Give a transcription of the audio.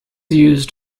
used